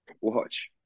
watch